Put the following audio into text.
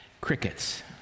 crickets